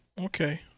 Okay